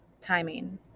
Timing